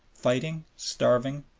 fighting, starving,